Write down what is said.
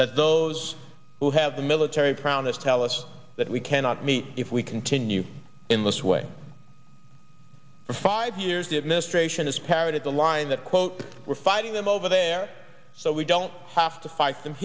that those who have the military promise tell us that we cannot meet if we continue in this way for five years the administration has parroted the line that quote we're fighting them over there so we don't have to fight them